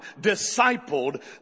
discipled